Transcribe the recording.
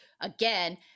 again